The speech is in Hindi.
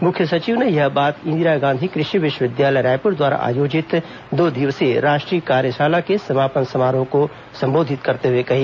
मुख्य सचिव ने यह बात इंदिरा गांधी कृषि विश्वविद्यालय रायपुर द्वारा आयोजित दो दिवसीय राष्ट्रीय कार्यशाला के समापन समारोह को संबोधित करते हुए कही